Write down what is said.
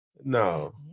no